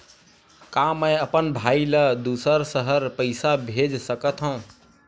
का मैं अपन भाई ल दुसर शहर पईसा भेज सकथव?